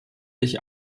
sich